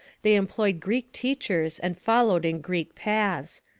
they employed greek teachers and followed in greek paths.